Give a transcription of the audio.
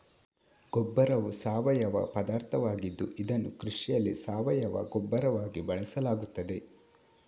ಗೊಬ್ಬರವು ಸಾವಯವ ಪದಾರ್ಥವಾಗಿದ್ದು ಇದನ್ನು ಕೃಷಿಯಲ್ಲಿ ಸಾವಯವ ಗೊಬ್ಬರವಾಗಿ ಬಳಸಲಾಗುತ್ತದೆ